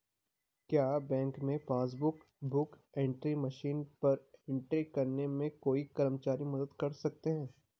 क्या बैंक में passbook book entry machine पर एंट्री करने में कोई कर्मचारी मदद कर सकते हैं?